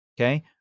okay